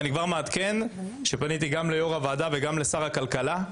אני כבר מעדכן שפניתי גם ליו"ר הוועדה וגם לשר הכלכלה,